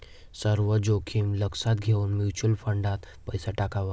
सर्व जोखीम लक्षात घेऊन म्युच्युअल फंडात पैसा टाकावा